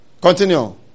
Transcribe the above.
Continue